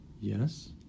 Yes